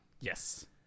Yes